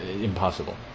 impossible